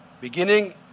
Beginning